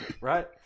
Right